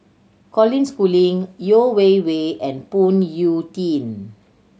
Colin Schooling Yeo Wei Wei and Phoon Yew Tien